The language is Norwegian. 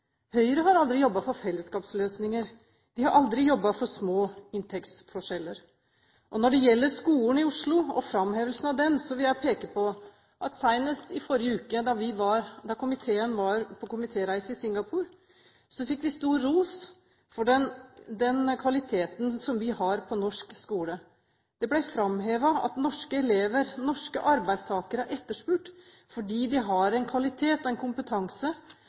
Høyre har aldri jobbet for fellesskapsløsninger, de har aldri jobbet for små inntektsforskjeller. Når det gjelder skolen i Oslo og framhevelsen av den, vil jeg peke på at senest i forrige uke, da komiteen var på komitéreise i Singapore, fikk vi stor ros for den kvaliteten som vi har på norsk skole. Det ble framhevet at norske elever, norske arbeidstakere, er etterspurt fordi de har en kvalitet og en kompetanse